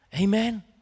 Amen